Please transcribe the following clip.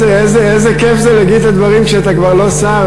איזה כיף זה להגיד את הדברים כשאתה כבר לא שר,